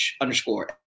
underscore